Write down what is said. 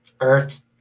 earth